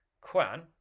Quan